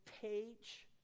page